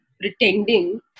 pretending